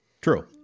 True